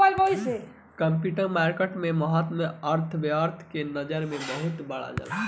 capital market के महत्त्व अर्थव्यस्था के नजर से बहुत बढ़ जाला